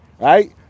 right